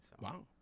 Wow